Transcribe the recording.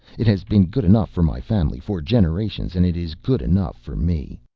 it has been good enough for my family for generations and it is good enough for me.